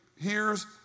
hears